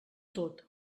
tot